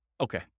Okay